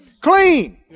Clean